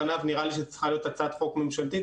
על פניו נראה לי שזו צריכה להיות הצעת חוק ממשלתית,